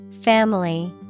Family